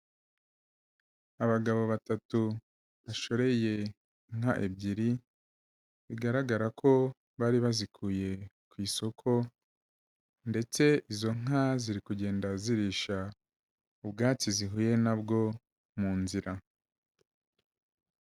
Abagabo batatu bashoreye inka ebyiri, bigaragara ko bari bazikuye ku isoko ndetse izo nka ziri kugenda zirisha ubwatsi zihuye na bwo mu nzira.